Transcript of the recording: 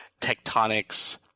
Tectonics